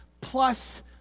plus